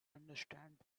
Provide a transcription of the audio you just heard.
understand